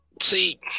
See